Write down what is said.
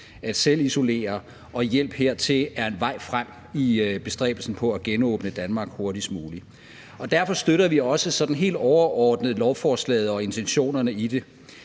at selvisolere, og at hjælp hertil er en vej frem i bestræbelsen på at genåbne Danmark hurtigst muligt. Derfor støtter vi også sådan helt overordnet lovforslaget og intentionerne i det;